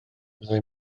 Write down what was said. byddai